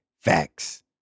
facts